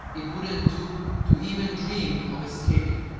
it wouldn't do to even dream of escaping,